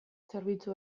zerbitzu